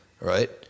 Right